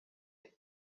cyane